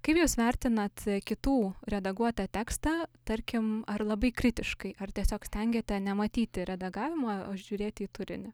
kaip jūs vertinat kitų redaguotą tekstą tarkim ar labai kritiškai ar tiesiog stengiate nematyti redagavimo o žiūrėti į turinį